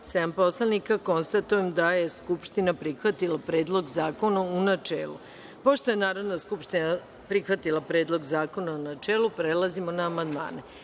poslanika. Konstatujem da je Narodna skupština prihvatila Predlog zakona u načelu. Pošto je Narodna skupština prihvatila Predlog zakona u načelu, prelazimo na amandmane. Na